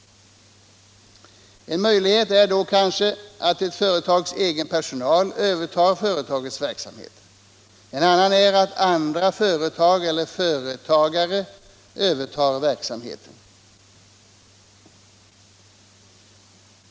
En möjlighet är då kanske att ett företags anställda övertar företagets verksamhet. En annan är att andra företag eller företagare övertar verksamheten.